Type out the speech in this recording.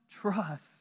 trust